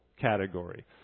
category